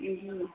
जी